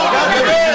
נו, באמת.